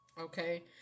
Okay